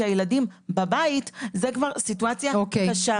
זו כבר סיטואציה קשה.